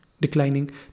declining